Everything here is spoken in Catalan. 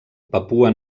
papua